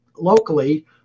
locally